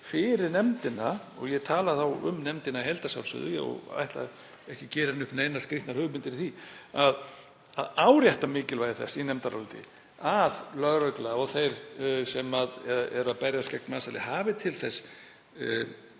fyrir nefndina — og ég tala um nefndina í heild, að sjálfsögðu, og ætla ekki að gera henni upp neinar skrýtnar hugmyndir í því efni — að árétta mikilvægi þess í nefndaráliti að lögregla og þeir sem eru að berjast gegn mansali hafi til þess